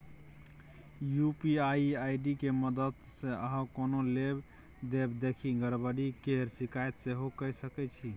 UPI ID के मददसँ अहाँ कोनो लेब देब देखि गरबरी केर शिकायत सेहो कए सकै छी